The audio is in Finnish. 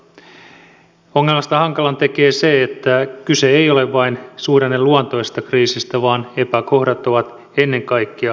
ongelmasta hankalan tekee se että kyse ei ole vain suhdanneluontoisesta kriisistä vaan epäkohdat ovat ennen kaikkea rakenteellisia